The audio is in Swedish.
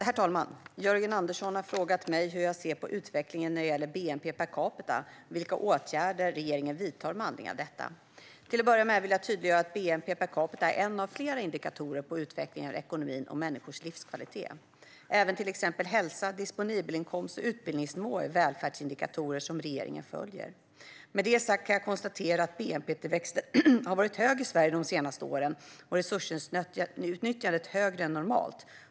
Herr talman! Jörgen Andersson har frågat mig hur jag ser på utvecklingen när det gäller bnp per capita och vilka åtgärder regeringen vidtar med anledning av detta. Till att börja med vill jag tydliggöra att bnp per capita är en av flera indikatorer på utvecklingen av ekonomin och människors livskvalitet. Även till exempel hälsa, disponibelinkomst och utbildningsnivå är välfärdsindikatorer som regeringen följer. Med det sagt kan jag konstatera att bnp-tillväxten har varit hög i Sverige de senaste åren, och resursutnyttjandet är högre än normalt.